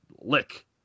lick